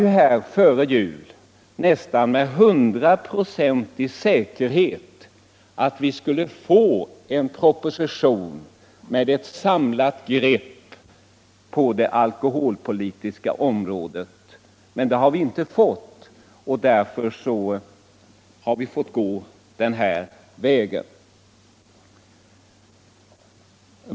Han lovade före jul med nästan hundraprocentig säkerhet att vi skulle få en proposition med ett samlat grepp på det alkoholpolitiska området. Det har vi inte fått, och därför har vi tvingats gå den här vägen.